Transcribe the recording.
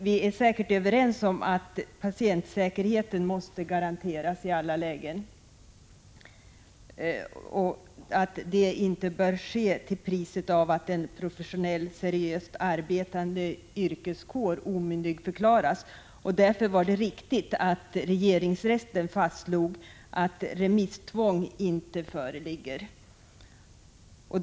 Vi är säkert överens om att patientsäkerheten måste garanteras i alla lägen men att det inte bör ske till priset av att en professionellt seriöst arbetande yrkeskår omyndigförklaras. Därför var det riktigt att regeringsrätten fastslog att remisstvång inte föreligger.